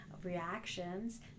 reactions